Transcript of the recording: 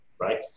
right